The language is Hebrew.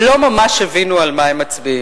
לא ממש הבינו על מה הם מצביעים.